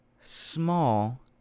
small